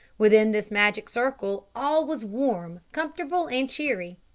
within this magic circle all was warm, comfortable, and cheery.